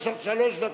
יש לך שלוש דקות,